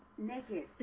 Naked